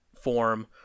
form